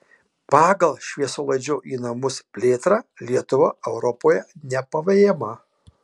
pagal šviesolaidžio į namus plėtrą lietuva europoje nepavejama